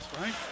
right